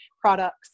products